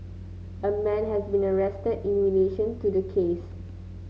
a man has been arrested in relation to the case